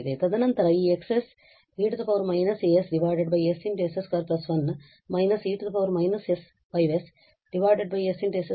ತದನಂತರ ಈ X e −as ss 21 − e −5s ss 21 ಆಗಿರುತ್ತದೆ